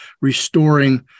restoring